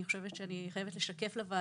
אני חושבת שאני חייבת לשקף לוועדה,